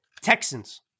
Texans